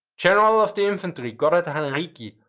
general of infantry gotthard heinrici,